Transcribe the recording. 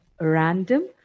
random